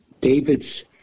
David's